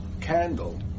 candle